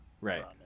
right